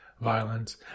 violence